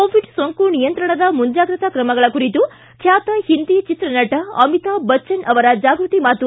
Covid ಸೋಂಕು ನಿಯಂತ್ರಣದ ಮುಂಜಾಗ್ರತಾ ಕ್ರಮಗಳ ಕುರಿತು ಖ್ಯಾತ ಹಿಂದಿ ಚಿತ್ರನಟ ಅಮಿತಾಬ್ ಬಚ್ವನ್ ಅವರ ಜಾಗ್ನತಿ ಮಾತು